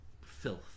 filth